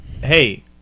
Hey